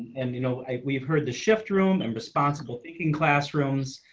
and, you know, we've heard the shift room and responsible thinking classrooms.